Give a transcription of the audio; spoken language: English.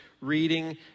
reading